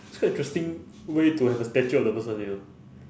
it's quite interesting way to have a statue of that person you know